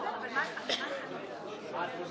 ואפילו למי שזה קצת מדגדג לו, ולנו זה כואב